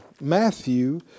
Matthew